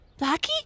Blackie